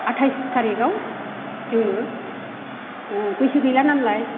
आथाइस थारिखआव जोङो बैसो गैला नालाय